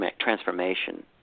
transformation